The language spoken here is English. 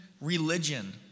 religion